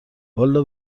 والا